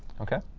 ok.